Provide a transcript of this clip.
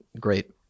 great